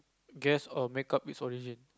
guess or make up its origin